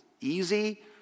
easy